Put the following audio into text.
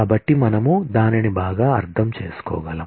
కాబట్టి మనము దానిని బాగా అర్థం చేసుకోగలం